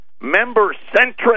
Member-centric